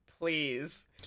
Please